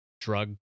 drug